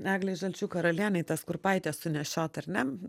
eglei žalčių karalienei tas kurpaites sunešiot ar ne